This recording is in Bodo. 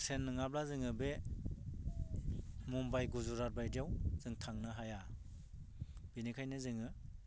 ट्रेन नङाबा जोङो बे मुम्बाइ गुजरात बायदियाव जों थांनो हाया बिनिखायनो जोङो